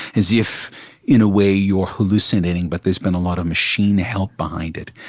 as if in a way you are hallucinating but there has been a lot of machine help behind it,